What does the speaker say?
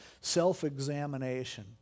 self-examination